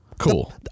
Cool